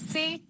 See